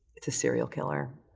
it's a serial killer.